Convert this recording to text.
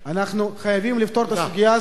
אנחנו חייבים לפתור את הסוגיה הזאת,